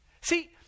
See